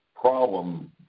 problem